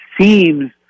seems